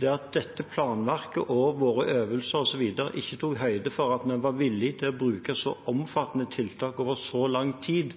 er at dette planverket, våre øvelser osv. ikke tok høyde for at vi var villig til å bruke så omfattende tiltak over så lang tid